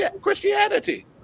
Christianity